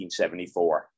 1974